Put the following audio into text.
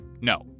no